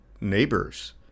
neighbors